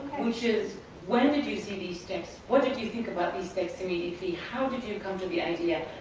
which is when did you see these texts? what did you think about these texts immediately? how did you come to the idea?